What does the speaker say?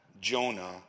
Jonah